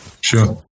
sure